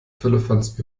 firlefanz